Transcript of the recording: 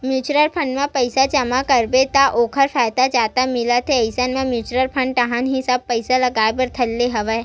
mutual fund म पइसा जमा करबे त ओखर फायदा जादा मिलत हे इसन म म्युचुअल फंड डाहर ही सब पइसा लगाय बर धर ले हवया